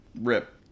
Rip